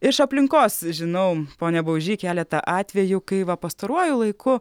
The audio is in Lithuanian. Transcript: iš aplinkos žinau pone baužy keletą atvejų kai va pastaruoju laiku